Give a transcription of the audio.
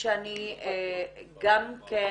שאני גם כן